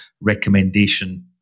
recommendation